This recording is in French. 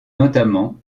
notamment